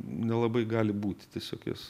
nelabai gali būti tiesiog jas